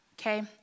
Okay